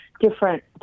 different